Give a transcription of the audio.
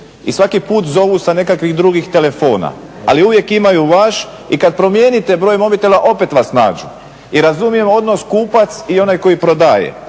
i svaki put zovu sa nekakvih drugih telefona, ali uvijek imaju vaš. I kad promijeniti broj mobitela opet vas nađu i razumijem odnos kupac i onaj koji prodaje,